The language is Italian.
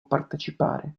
partecipare